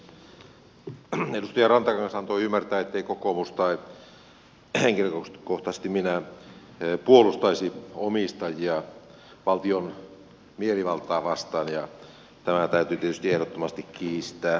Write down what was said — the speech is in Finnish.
edustaja rantakangas antoi ymmärtää että kokoomus tai henkilökohtaisesti minä emme puolustaisi omistajia valtion mielivaltaa vastaan ja tämä täytyy tietysti ehdottomasti kiistää